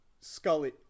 Scully –